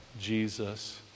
Jesus